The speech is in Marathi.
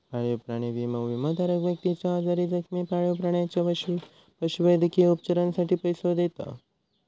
पाळीव प्राणी विमो, विमोधारक व्यक्तीच्यो आजारी, जखमी पाळीव प्राण्याच्या पशुवैद्यकीय उपचारांसाठी पैसो देता